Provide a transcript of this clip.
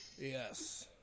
Yes